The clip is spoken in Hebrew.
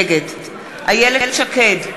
נגד איילת שקד,